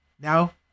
Now